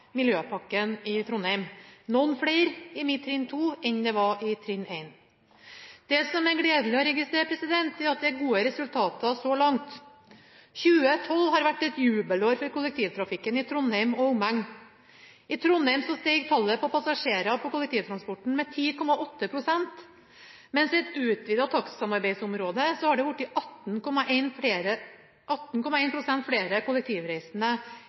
miljøpakken i Trondheim – noen flere i trinn 2 enn det var i trinn 1. Det som er gledelig å registrere, er at det er gode resultater så langt. 2012 har vært et jubelår for kollektivtrafikken i Trondheim og omegn. I Trondheim steg tallet på passasjerer i kollektivtransporten med 10,8 pst., mens i det utvidede takstsamarbeidsområdet har det blitt 18,1 pst. flere kollektivreisende.